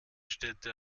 städte